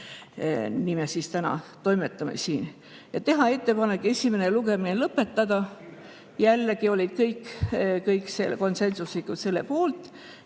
Nii me siis täna toimetame siin. Ja teha ettepanek esimene lugemine lõpetada, jällegi olid kõik konsensuslikult selle poolt.